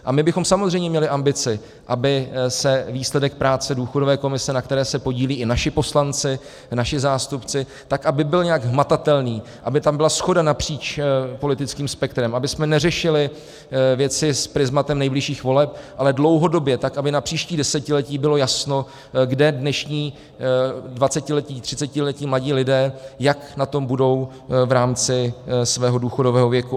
A my bychom samozřejmě měli ambici, aby se výsledek práce důchodové komise, na které se podílejí i naši poslanci, i naši zástupci, tak aby byl nějak hmatatelný, aby tam byla shoda napříč politickým spektrem, abychom neřešili věci prizmatem nejbližších voleb, ale dlouhodobě tak, aby na příští desetiletí bylo jasno, kde dnešní dvacetiletí třicetiletí mladí lidé, jak na tom budou v rámci svého důchodového věku atd. atd.